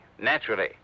Naturally